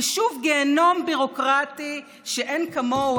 ושוב גיהינום ביורוקרטי שאין כמוהו.